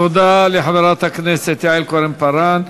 תודה לחברת הכנסת יעל כהן-פארן.